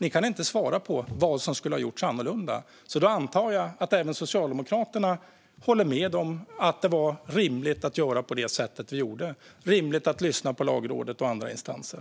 Ni kan inte svara på vad som skulle ha gjorts annorlunda, så jag antar att även Socialdemokraterna håller med om att det var rimligt att göra på det sätt vi gjorde. Det var rimligt att lyssna på Lagrådet och andra instanser.